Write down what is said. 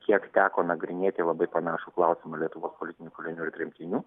kiek teko nagrinėti labai panašų klausimą lietuvos politinių kalinių ir tremtinių